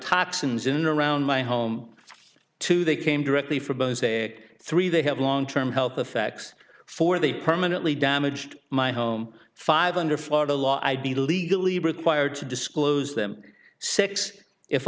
toxins in or around my home too they came directly from those egg three they have long term health effects for the permanently damaged my home five under florida law i'd be legally required to disclose them six if